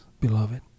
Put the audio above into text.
beloved